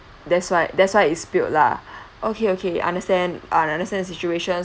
that's why that's why it's spilt lah okay okay understand uh understand situations